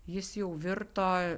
jis jau virto